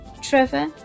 Trevor